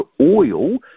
Oil